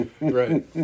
Right